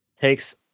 takes